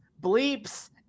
bleeps